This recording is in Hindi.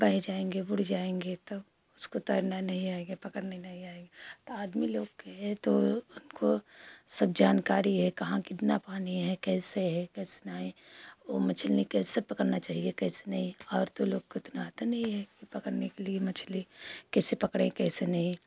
बह जाएँगे जाएँगे तब उसको तैरना नहीं आएगा पकड़ना नहीं आएगा तो आदमी लोग के तो उनको सब जानकारी है कहाँ कितना पानी है कैसा है वो मछली कैसे पकड़ना चाहिए कैसे नहीं औरत लोग को उतना आता नहीं है कि पकड़ने के लिए मछली कैसे पकड़े कैसे नहीं